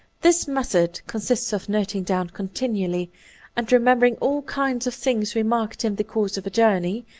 this metliod consists of noting down continually and remembering all kinds of things remarked in the course of a journey,